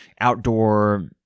outdoor